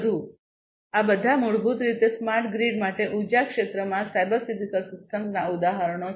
તેથી આ બધા મૂળભૂત રીતે સ્માર્ટ ગ્રીડ માટે ઉર્જા ક્ષેત્રમાં સાયબર ફિઝિકલ સિસ્ટમ્સના ઉદાહરણો છે